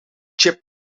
chip